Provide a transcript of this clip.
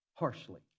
harshly